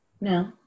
No